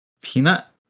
Peanut